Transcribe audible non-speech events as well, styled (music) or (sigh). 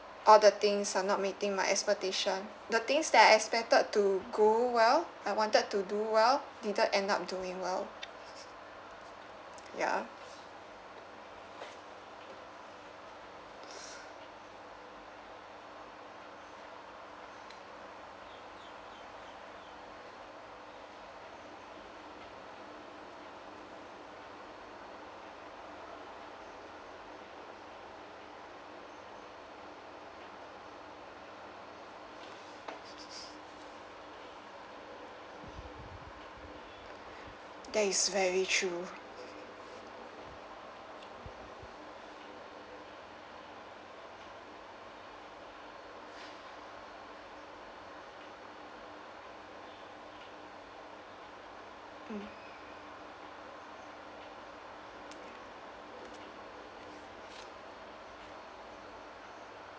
all things were not meeting my expectation the things that I expected to go well I wanted to do well didn't end up doing well (laughs) ya that is very true